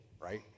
right